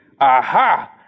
Aha